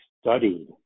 studied